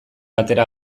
atera